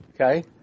okay